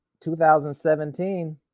2017